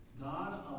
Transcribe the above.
God